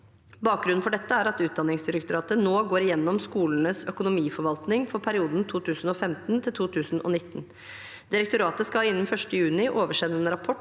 Bakgrunnen for dette er at Utdanningsdirektoratet nå går gjennom skolenes økonomiforvaltning for perioden 2015–2019. Direktoratet skal innen 1. juni oversende en rapport